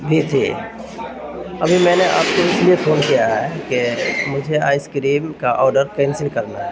بھی تھی ابھی میں نے آپ کو اس لیے فون کیا ہے کہ مجھے آئس کریم کا آڈر کینسل کرنا ہے